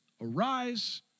Arise